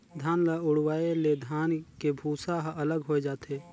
धान ल उड़वाए ले धान के भूसा ह अलग होए जाथे